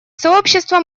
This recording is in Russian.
сообщество